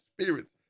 spirits